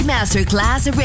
Masterclass